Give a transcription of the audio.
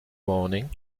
morning